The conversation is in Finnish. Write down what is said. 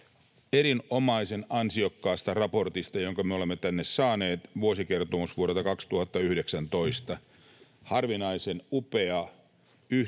erinomaisen ansiokkaasta raportista, jonka me olemme tänne saaneet, vuosikertomus vuodelta 2019. Harvinaisen upea yhteenveto